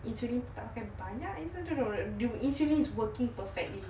insulin tak pakai banyak even insulin is working perfectly